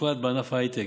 ובפרט בענף ההייטק,